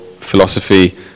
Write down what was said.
philosophy